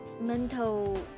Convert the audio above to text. mental